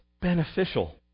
beneficial